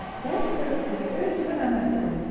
there spoke the spirit of an amazon,